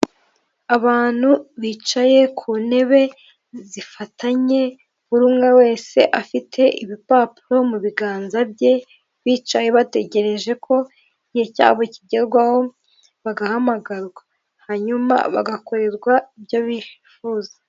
Abantu bicaye ku ntebe zifatanye buri umwe wese afite ibipapuro mu biganza bye, bicaye bategereje ko igihe cyabo kigerwaho bagahamagarwa hanyuma bagakorerwa ibyo bifuza.